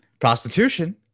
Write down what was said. Prostitution